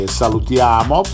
salutiamo